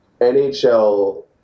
NHL